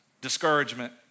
discouragement